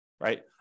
right